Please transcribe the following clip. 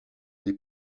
des